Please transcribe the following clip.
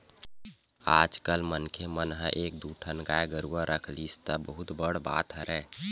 आजकल मनखे मन ह एक दू ठन गाय गरुवा रख लिस त बहुत बड़ बात हरय